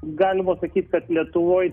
galima sakyt kad lietuvoj